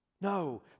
No